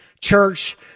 church